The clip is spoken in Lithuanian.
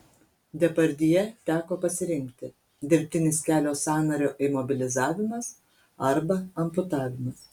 depardjė teko pasirinkti dirbtinis kelio sąnario imobilizavimas arba amputavimas